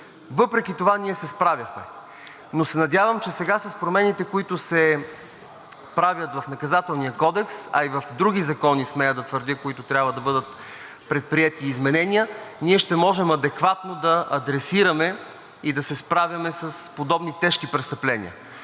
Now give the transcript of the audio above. Въпреки това ние се справихме. Но се надявам, че сега с промените, които се правят в Наказателния кодекс, а и в други закони, смея да твърдя, в които трябва да бъдат предприети изменения, ние ще можем адекватно да адресираме и да се справяме с подобни тежки престъпления,